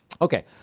Okay